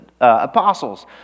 apostles